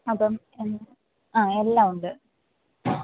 അപ്പം ആ എല്ലാം ഉണ്ട്